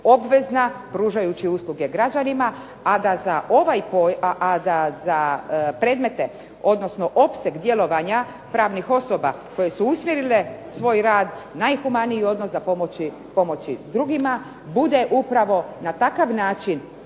obvezna pružajući usluge građanima, a da za predmete odnosno opseg djelovanja pravnih osoba koje su usmjerile svoj rad najhumaniji odnos za pomoći drugima bude upravo na takav način